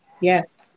Yes